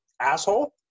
asshole